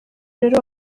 rero